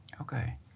Okay